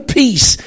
peace